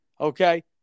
okay